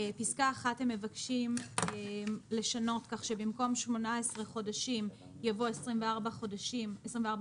פסקה (1) הם מבקשים לשנות כך שבמקום 18 חודשים יבוא 24 חודשים.